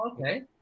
okay